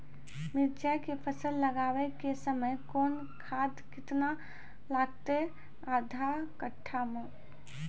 मिरचाय के फसल लगाबै के समय कौन खाद केतना लागतै आधा कट्ठा मे?